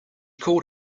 called